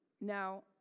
Now